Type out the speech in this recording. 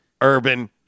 Urban